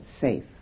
safe